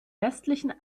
westlichen